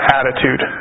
attitude